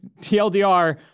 TLDR